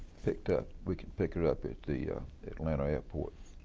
picked up, we can pick her up at the atlanta airport